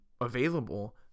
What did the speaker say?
available